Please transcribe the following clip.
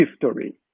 history